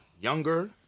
younger